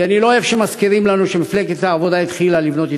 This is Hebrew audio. כי אני לא אוהב שמזכירים לנו שמפלגת העבודה התחילה לבנות התנחלויות.